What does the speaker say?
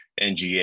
nga